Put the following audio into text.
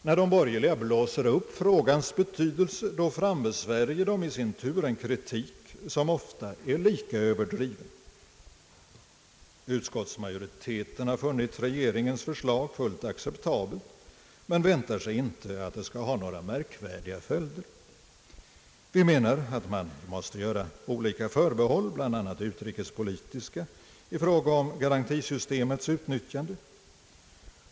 När de borgerliga blåser upp frågans betydelse frambesvärjer de i sin tur en kritik som ofta är lika överdriven. Utskottsmajoriteten har funnit regeringens förslag fullt acceptabelt men väntar sig inte att det skall ha några märkvärdiga följder. Vi menar att man måste göra olika förbehåll, bl.a. utrikespolitiska, i fråga om garantisystemets utnyttjande.